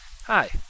Hi